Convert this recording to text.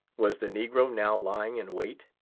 was the negro now lying in wait?